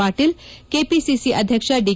Patil KPCC ಅಧ್ಯಕ್ಷ the